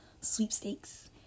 sweepstakes